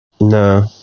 No